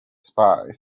spies